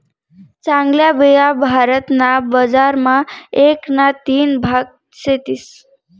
चांगल्या बिया भारत ना बजार मा एक ना तीन भाग सेतीस